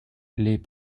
les